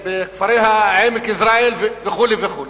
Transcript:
בכפרי עמק יזרעאל, וכו' וכו'.